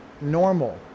normal